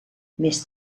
més